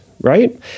Right